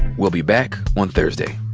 we'll be back on thursday